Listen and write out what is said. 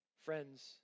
Friends